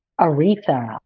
Aretha